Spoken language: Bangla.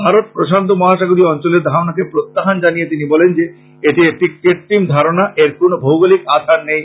ভারত প্রশান্ত মহাসাগরীয় অঞ্চলের ধারণাকে প্রত্যাহ্বান জানিয়ে তিনি বলেন যে এটি একটি কৃত্রিম ধারণা এর কোনো ভোগলিক আধার নেই